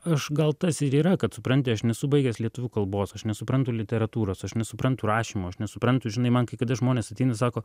aš gal tas ir yra kad supranti aš nesu baigęs lietuvių kalbos aš nesuprantu literatūros aš nesuprantu rašymo aš nesuprantu žinai man kai kada žmonės ateina ir sako